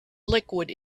liquid